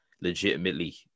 legitimately